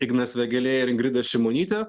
ignas vėgėlė ir ingrida šimonytė